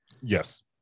Yes